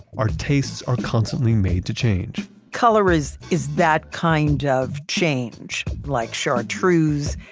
our tastes are constantly made to change color is is that kind of change. like chartreuse,